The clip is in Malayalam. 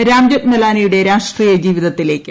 റാം ജഠ്മലാനിയുടെ രാഷ്ട്രീയ ജീവിതത്തിലേക്ക്